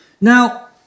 Now